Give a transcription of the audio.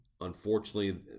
unfortunately